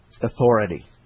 authority